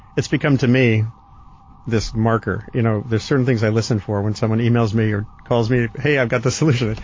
it's become to me this marker. you know there's certain things i listen for when someone emails me or calls me. hey, i've got the solution.